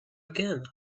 again